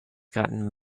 gotten